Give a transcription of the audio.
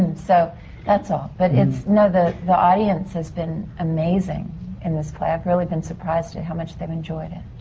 and so that's all. but it's. no, the. the audience has been amazing in this play. i've really been surprised at how much they've enjoyed it.